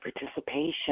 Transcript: participation